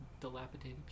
dilapidated